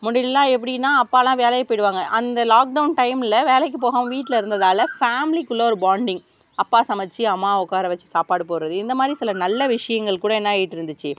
முன்னாடிலான் எப்படின்னா அப்பாலாம் வேலைக்கு போயிடுவாங்க அந்த லாக்டவுன் டைமில் வேலைக்கு போகாமல் வீட்டில் இருந்ததால் ஃபேமிலிகுள்ளே ஒரு பாண்டிங் அப்பா சமைத்து அம்மா உக்கார வச்சு சாப்பாடு போடுகிறது இந்த மாதிரி சில நல்ல விஷயங்கள் கூட என்ன ஆகிட்டுருந்துச்சி